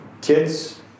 kids